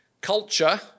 culture